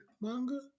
manga